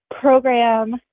program